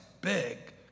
big